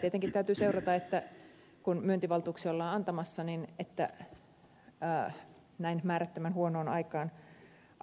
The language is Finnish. tietenkin täytyy seurata kun myyntivaltuuksia ollaan antamassa että näin määrättömän huonoon